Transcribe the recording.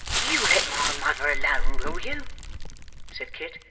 you let my mother alone, will you said kit.